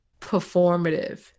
performative